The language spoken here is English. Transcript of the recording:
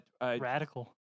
Radical